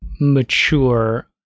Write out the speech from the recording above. mature